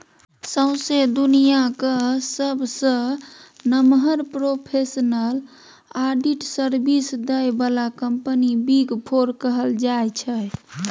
सौंसे दुनियाँक सबसँ नमहर प्रोफेसनल आडिट सर्विस दय बला कंपनी बिग फोर कहल जाइ छै